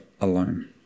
alone